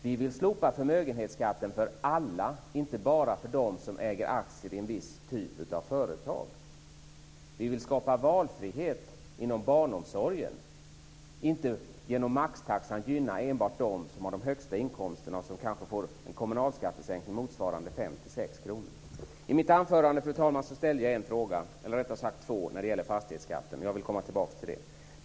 Vi vill slopa förmögenhetsskatten för alla - inte bara för dem som äger aktier i en viss typ av företag. Vi vill skapa valfrihet inom barnomsorgen och inte genom maxtaxan gynna enbart dem som har de högsta inkomsterna och som kanske får en kommunalskattesänkning motsvarande 5-6 kr. I mitt anförande, fru talman, ställde jag två frågor när det gäller fastighetsskatten. Jag vill komma tillbaks till dem.